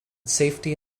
safety